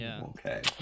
okay